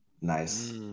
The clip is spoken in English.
Nice